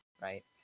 right